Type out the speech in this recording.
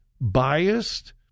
biased